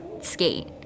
skate